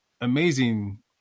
amazing